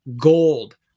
Gold